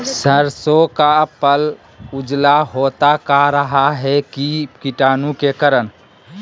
सरसो का पल उजला होता का रहा है की कीटाणु के करण?